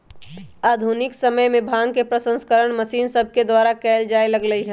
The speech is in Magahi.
आधुनिक समय में भांग के प्रसंस्करण मशीन सभके द्वारा कएल जाय लगलइ